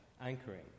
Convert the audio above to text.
anchoring